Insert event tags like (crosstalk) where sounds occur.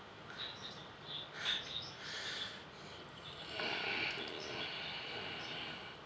(breath)